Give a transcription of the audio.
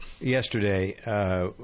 yesterday